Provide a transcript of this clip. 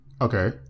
Okay